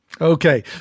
Okay